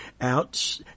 out